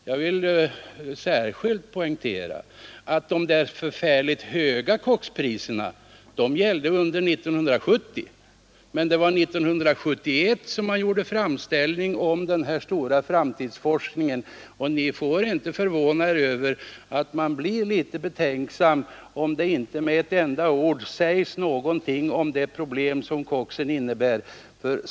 Jag vill särskilt poängtera att de där förfärligt höga kokspriserna gällde under 1970, men 1971 gjordes framställningen om den stora framtids satsningen. Ingen får förvåna sig över att man blir litet betänksam när det s ett enda ord om det problem som koksförsörjningen innebär.